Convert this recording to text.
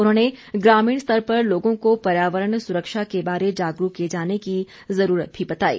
उन्होंने ग्रामीण स्तर पर लोगों को पर्यावरण सुरक्षा के बारे जागरूक किए जाने की जरूरत भी बताई